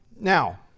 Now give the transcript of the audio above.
Now